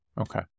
Okay